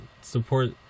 support